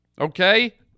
Okay